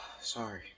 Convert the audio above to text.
Sorry